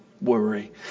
worry